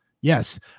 Yes